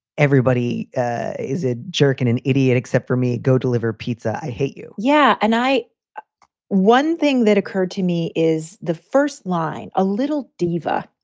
everybody is a jerk and an idiot except for me. go deliver pizza. i hate you yeah. and i know one thing that occurred to me is the first line, a little diva.